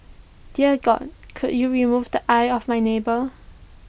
dear God could you remove the eye of my neighbour